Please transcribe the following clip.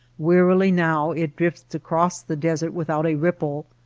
wearily now it drifts across the desert without a ripple,